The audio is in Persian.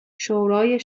شورای